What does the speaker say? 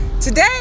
today